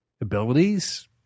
abilities